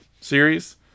series